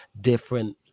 different